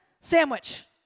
sandwich